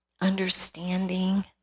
understanding